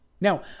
Now